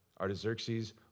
Artaxerxes